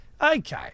okay